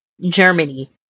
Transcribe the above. Germany